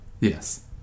Yes